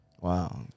Wow